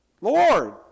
Lord